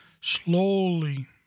slowly